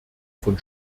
von